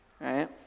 right